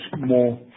more